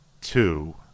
two